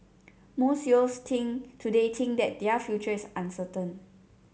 most youths think today think that their future is uncertain